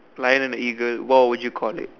lion and eagle what would you call it